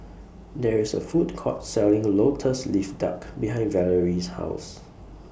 There IS A Food Court Selling Lotus Leaf Duck behind Valorie's House